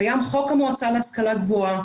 קיים חוק המועצה להשכלה גבוהה,